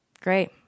great